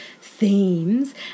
themes